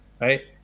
right